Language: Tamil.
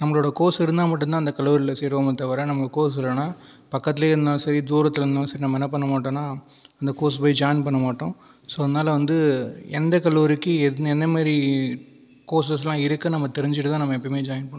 நம்மளோட கோர்ஸ் இருந்தால் மட்டும்தான் அந்த கல்லூரியில் சேர்வோமே தவிர நம்ம கோர்ஸ் இல்லைனா பக்கத்துலேயே இருந்தாலும் சரி தூரத்தில் இருந்தாலும் சரி நம்ம என்ன பண்ண மாட்டோம்னா அந்த கோர்ஸ் போய் ஜாயின் பண்ண மாட்டோம் ஸோ அதனால வந்து எந்த கல்லூரிக்கு என்ன மாதிரி கோர்ஸ்சஸ்லாம் இருக்குது நம்ம தெரிஞ்சிட்டுதான் நம்ம எப்போயுமே ஜாயின் பண்ணணும்